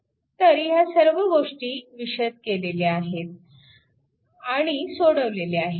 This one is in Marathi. तर ह्या सर्व गोष्टी विशद केलेल्या आहेत आणि सोडवलेल्या आहेत